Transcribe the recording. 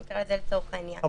נקרא לזה כך לצורך העניין.